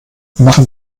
machen